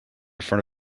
front